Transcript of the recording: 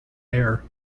air